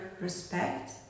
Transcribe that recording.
respect